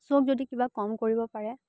চাওক যদি কিবা কম কৰিব পাৰে